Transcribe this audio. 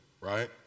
right